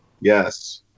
Yes